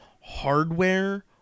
hardware